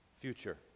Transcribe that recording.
future